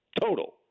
total